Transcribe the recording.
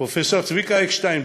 פרופסור צביקה אקשטיין,